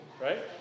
right